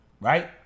right